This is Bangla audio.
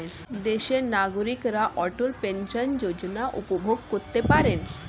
দেশের নাগরিকরা অটল পেনশন যোজনা উপভোগ করতে পারেন